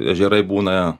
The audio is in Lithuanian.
ežerai būna